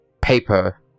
paper